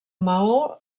maó